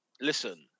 Listen